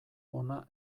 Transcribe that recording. hona